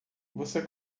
você